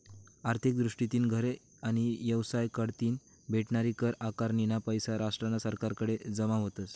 आर्थिक दृष्टीतीन घरे आणि येवसाय कढतीन भेटनारी कर आकारनीना पैसा राष्ट्रना सरकारकडे जमा व्हतस